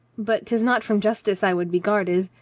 but tis not from justice i would be guarded.